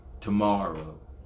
tomorrow